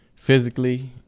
physically.